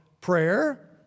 prayer